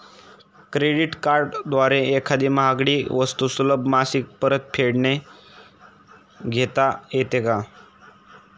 Credit कार्डद्वारे एखादी महागडी वस्तू सुलभ मासिक परतफेडने घेता येते का?